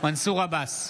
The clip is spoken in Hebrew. מנסור עבאס,